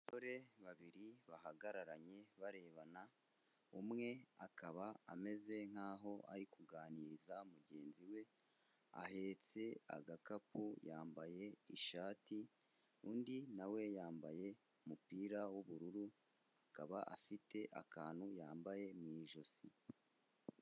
Abasore babiri bahagararanye barebana, umwe akaba ameze nk'aho ari kuganiriza mugenzi we, ahetse agakapu, yambaye ishati, undi na we yambaye umupira w'ubururu, akaba afite akantu yambaye mu ijosi.